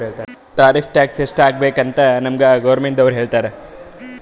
tariff tax ಎಸ್ಟ್ ಹಾಕಬೇಕ್ ಅಂತ್ ನಮ್ಗ್ ಗೌರ್ಮೆಂಟದವ್ರು ಹೇಳ್ತರ್